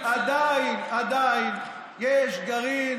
עדיין, עדיין, עדיין יש גרעין